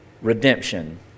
redemption